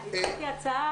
לי הצעה.